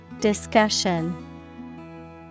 Discussion